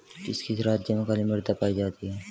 किस किस राज्य में काली मृदा पाई जाती है?